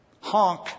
Honk